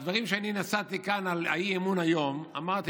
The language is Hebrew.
בדברים שאני נשאתי כאן על האי-אמון היום אמרתי